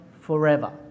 forever